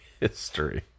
history